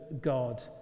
god